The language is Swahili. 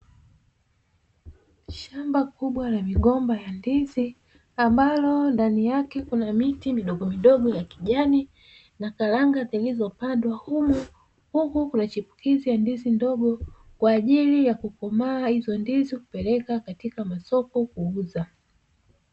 Shamba kubwa la migomba ya ndizi ambalo ndani yake kuna miti midogo midogo ya kijani na karanga zilizopandwa humu, huku kunachipukizi ya ndizi ndogo kwajili ya kukomaa hizo ndizi kupeleka katika masoko kuuza.